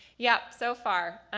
yep so far,